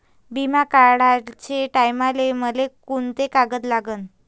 बिमा काढाचे टायमाले मले कोंते कागद लागन?